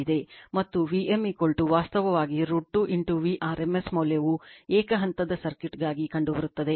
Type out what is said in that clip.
ಮತ್ತು v m ವಾಸ್ತವವಾಗಿ √2 v rms ಮೌಲ್ಯವು ಏಕ ಹಂತದ ಸರ್ಕ್ಯೂಟ್ಗಾಗಿ ಕಂಡುಬರುತ್ತದೆ